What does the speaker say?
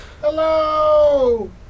Hello